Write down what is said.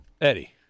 Eddie